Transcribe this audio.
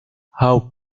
how